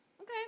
Okay